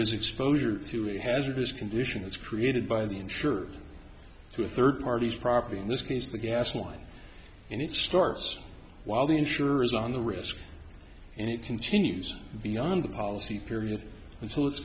is exposure to a hazardous condition is created by the insured to third parties property in this case the gas line and it starts while the insurer is on the risk and it continues beyond the policy period until it's